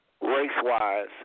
race-wise